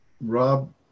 Rob